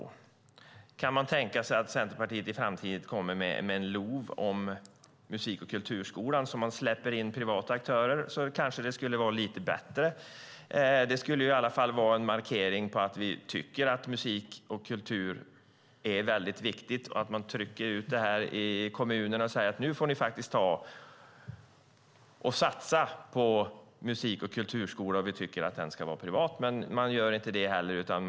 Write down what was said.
Om man kan tänka sig att Centerpartiet i framtiden kommer med en LOV om musik och kulturskolan där man släpper in privata aktörer så skulle det kanske vara lite bättre. Det skulle i alla fall vara en markering om att ni tycker att musik och kultur är väldigt viktigt, att ni trycker ut det här i kommunerna och säger att nu får de faktiskt ta och satsa på musik och kulturskola, och den ska vara privat. Men det gör ni inte heller.